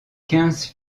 quinze